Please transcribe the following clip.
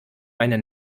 meine